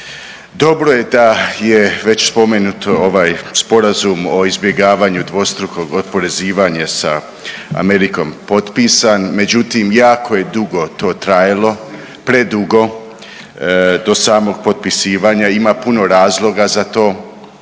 Dobro je da je već spomenuto ovaj sporazum o izbjegavanju dvostrukog oporezivanja Amerikom potpisan, međutim jako je dugo to trajalo, predugo do samog potpisivanja. Ima puno razloga za to.